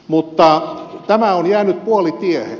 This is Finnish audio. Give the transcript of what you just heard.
mutta tämä on jäänyt puolitiehen